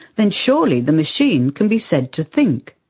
then surely the machine can be said to think.